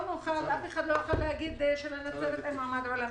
אף אחד לא יכול להגיד שלנצרת אין מעמד עולמי.